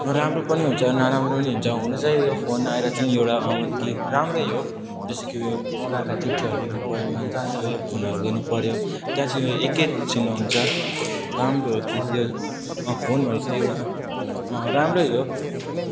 राम्रो पनि हुन्छ नराम्रो पनि हुन्छ हुनु चाहिँ यो फोन आएर चाहिँ एउटा राम्रै हो जस्तो कि ऊ यो कहाँ कहाँ चिट्ठीहरू लेख्नु परेन जहाँ जहाँ ऊ यो फोनहरू गर्नु पऱ्यो त्यहाँ चाहिँ एक एक छिन हुन्छ राम्रो हो चिज यो फोन भनेपछि एउटा राम्रै हो